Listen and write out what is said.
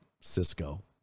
Cisco